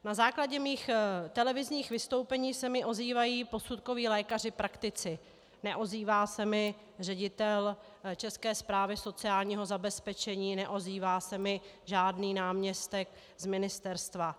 Na základě mých televizních vystoupení se mi ozývají posudkoví lékaři praktici, neozývá se mi ředitel České správy sociálního zabezpečení, neozývá se mi žádný náměstek z ministerstva.